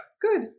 Good